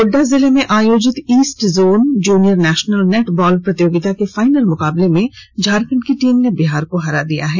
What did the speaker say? गोड्डा जिले में आयोजित east zone junior national netball प्रतियोगिता के फाइनल मुकाबले में झारखंड की टीम ने बिहार को हरा दिया है